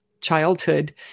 childhood